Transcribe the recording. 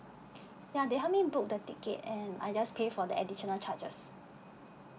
ya they help me book the ticket and I just pay for the additional charges